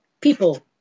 People